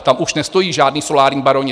Čili tam už nestojí žádní solární baroni.